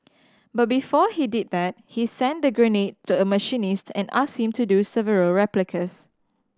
but before he did that he sent the grenade to a machinist and asked him to do several replicas